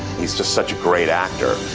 he's just such a great actor,